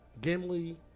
Gimli